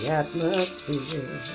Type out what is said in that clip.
atmosphere